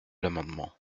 l’amendement